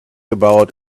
about